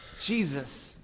Jesus